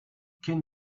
ken